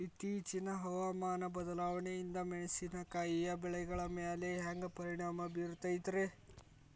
ಇತ್ತೇಚಿನ ಹವಾಮಾನ ಬದಲಾವಣೆಯಿಂದ ಮೆಣಸಿನಕಾಯಿಯ ಬೆಳೆಗಳ ಮ್ಯಾಲೆ ಹ್ಯಾಂಗ ಪರಿಣಾಮ ಬೇರುತ್ತೈತರೇ?